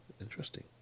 interesting